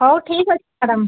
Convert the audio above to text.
ହଉ ଠିକ୍ ଅଛି ମ୍ୟାଡ଼ାମ୍